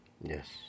Yes